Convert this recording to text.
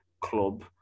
club